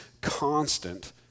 constant